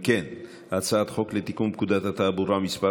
אם כן, הצעת חוק לתיקון פקודת התעבורה (מס'